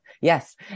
yes